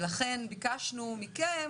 ולכן ביקשנו מכם,